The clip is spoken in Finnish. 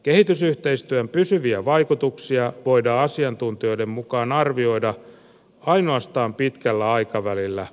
kehitysyhteistyön pysyviä vaikutuksia voidaan asiantuntijoiden mukaan arvioida ainoastaan pitkällä aikavälillä